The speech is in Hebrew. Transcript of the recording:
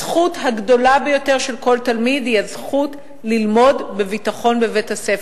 הזכות הגדולה ביותר של כל תלמיד היא הזכות ללמוד בביטחון בבית-הספר.